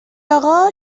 اقا